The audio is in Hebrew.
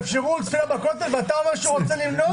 שיאפשרו תפילה בכותל ואתה אומר שהוא רוצה למנוע?